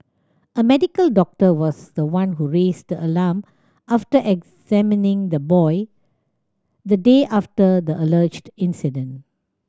a medical doctor was the one who raised the alarm after examining the boy the day after the alleged incident